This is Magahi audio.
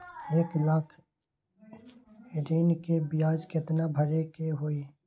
एक लाख ऋन के ब्याज केतना भरे के होई?